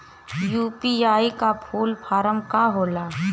UPI का full form का होला?